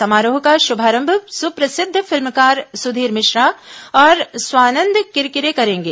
समारोह का शुभारंभ सुप्रसिद्ध फिल्मकार सुधीर मिश्रा और स्वानंद किरकिरे करेंगे